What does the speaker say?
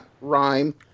Rhyme